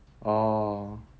oh